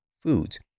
foods